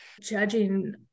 Judging